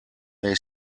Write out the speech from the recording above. they